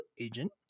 agent